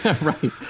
right